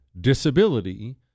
disability